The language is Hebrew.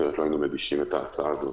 אחרת לא היינו מגישים את ההצעה הזאת.